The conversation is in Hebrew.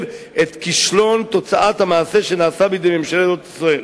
את כישלון תוצאת המעשה שנעשה בידי ממשלות ישראל.